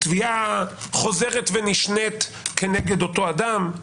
תביעה חוזרת ונשנית כנגד אותו אדם.